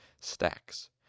Stacks